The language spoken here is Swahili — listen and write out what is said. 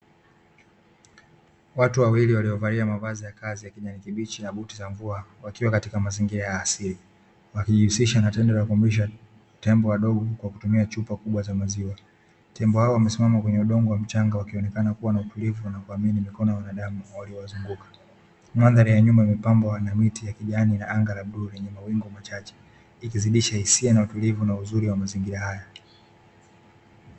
Watu wawili waliovalia mavazi ya kazi ya kijani kibichi na buti za mvua, wakiwa katika mazingira ya asili wakijihusisha na tendo la kumlisha tembo wadogo kwa kutumia chupa kubwa za maziwa; tembo hao wamesimama kwenye udongo wa mchanga wakionekana kuwa na utulivu na kuamini mikono ya wanadamu waliowazunguka. Mandhari ya nyuma imepambwa na miti ya kijani na anga la bluu lenye mawingu machache ikizidisha hisia na utulivu na uzuri wa mazingira haya.